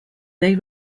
they